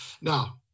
Now